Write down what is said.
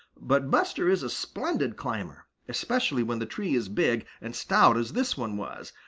but buster is a splendid climber, especially when the tree is big and stout as this one was,